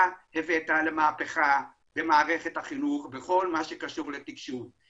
הבאת למהפכה במערכת החינוך בכל מה שקשור לתקשוב.